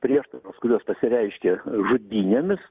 prieštaros kurios pasireiškia žudynėmis